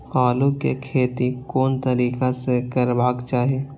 आलु के खेती कोन तरीका से करबाक चाही?